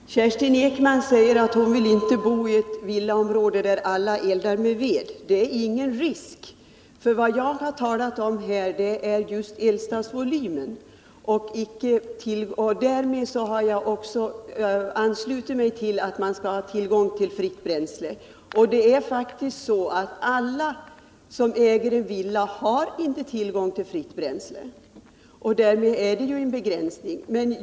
Herr talman! Kerstin Ekman säger att hon inte vill bo i ett villaområde där alla eldar med ved. Det är ingen risk för det. Vad jag har talat om är just eldstadsvolymen. Därmed har jag också anslutit mig till principen att man skall ha tillgång till fritt bränsle. Men alla som äger villor har inte det, och det är en begränsning.